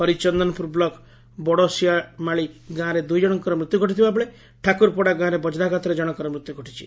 Harichandanpur block ବଡସିଆଳିମାଳ ଗାଁରେ ଦୁଇଜଶଙ୍କର ମୃତ୍ୟୁ ଘଟିଥିବାବେଳେ ଠାକୁରପଡା ଗାଁରେ ବଜ୍ରାଘାତରେ ଜଶଙ୍କର ମୃତ୍ୟୁ ଘଟିଛି